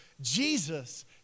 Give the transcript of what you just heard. Jesus